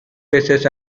paces